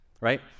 right